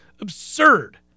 absurd